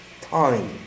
time